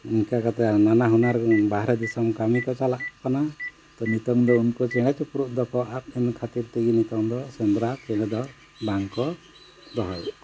ᱤᱱᱠᱟᱹ ᱠᱟᱛᱮᱫ ᱱᱟᱱᱟ ᱦᱩᱱᱟᱹᱨ ᱵᱟᱦᱨᱮ ᱫᱤᱥᱚᱢ ᱠᱟᱹᱢᱤ ᱠᱚ ᱪᱟᱞᱟᱜ ᱠᱟᱱᱟ ᱛᱚ ᱱᱤᱛᱳᱜ ᱫᱚ ᱩᱱᱠᱩ ᱪᱮᱬᱮ ᱪᱤᱯᱨᱩᱡ ᱫᱚᱠᱚ ᱟᱫ ᱮᱱ ᱠᱷᱟᱹᱛᱤᱨ ᱛᱮᱜᱮ ᱱᱤᱛᱳᱜ ᱫᱚ ᱥᱮᱸᱫᱽᱨᱟ ᱪᱮᱬᱮ ᱫᱚ ᱵᱟᱝ ᱠᱚ ᱫᱚᱦᱚᱭᱮᱫ ᱠᱚᱣᱟ